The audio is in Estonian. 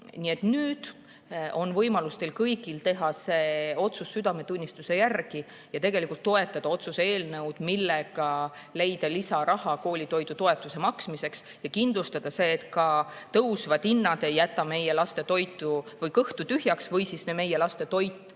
nüüd on võimalus teil kõigil teha see otsus südametunnistuse järgi ja tegelikult toetada otsuse eelnõu, mille eesmärk on leida lisaraha koolitoidutoetuse maksmiseks ja kindlustada, et ka tõusvad hinnad ei jäta meie laste kõhtu tühjaks või meie laste toit